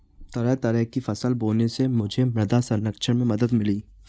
तरह तरह की फसल बोने से मुझे मृदा संरक्षण में मदद मिली